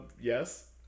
yes